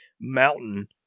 mountain